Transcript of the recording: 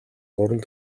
гурван